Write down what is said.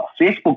Facebook